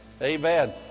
Amen